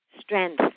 strength